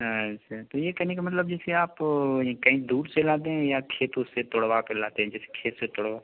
अच्छा तो ये कहने का मतलब जैसे आप ये कहीं दूर से लाते हैं या खेतों से तुड़वा के लाते हैं जैसे खेत से तुड़वा